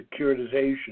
securitization